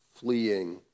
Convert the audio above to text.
fleeing